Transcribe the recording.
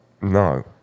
No